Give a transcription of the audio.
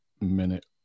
minute